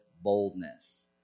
boldness